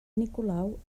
nicolau